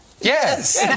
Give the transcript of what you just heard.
Yes